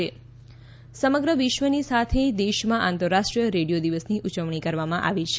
radio દિવસ સમગ્ર વિશ્વની સાથે દેશમાં આંતરરાષ્ટ્રીય રેડિયો દિવસની ઉજવણી કરવામાં આવી છે